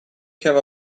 have